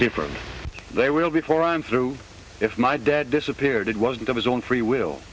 different they will before i'm through if my dad disappeared it wasn't of his own free will